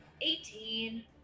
Eighteen